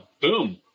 boom